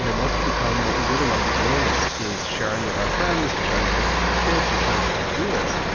you know most of the time what we really want to be doing is is sharing with our friends and sharing pictures of our kids and sharing ideas,